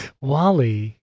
wally